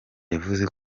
yavuze